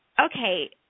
okay